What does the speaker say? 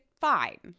fine